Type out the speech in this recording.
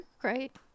great